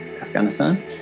Afghanistan